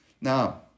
Now